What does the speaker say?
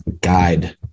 guide